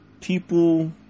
people